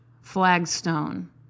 flagstone